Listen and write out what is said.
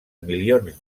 milions